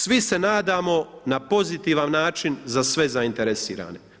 Svi se nadamo na pozitivan način za sve zainteresirane.